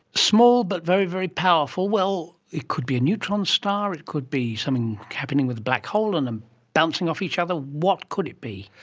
small but very, very powerful. well, it could be a neutron star, it could be something happening with black hole and and bouncing off each other, what could it be?